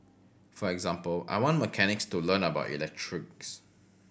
for example I want mechanics to learn about electrics